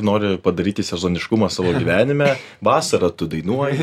nori padaryti sezoniškumą savo gyvenime vasarą tu dainuoji